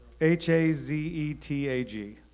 H-A-Z-E-T-A-G